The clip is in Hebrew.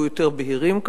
הם יהיו יותר בהירים,